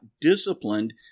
disciplined